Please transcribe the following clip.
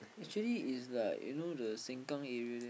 actually it's like you know the Sengkang area there